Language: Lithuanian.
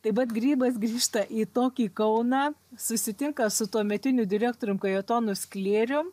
taip pat grybas grįžta į tokį kauną susitinka su tuometiniu direktorium kajetonu sklėrium